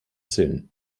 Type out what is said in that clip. zählen